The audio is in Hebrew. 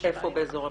איפה באזור המרכז?